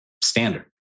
standard